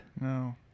No